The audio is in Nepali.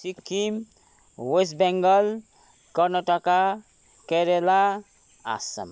सिक्किम वेस्ट बेङ्गाल कर्नाटका केरेला आसाम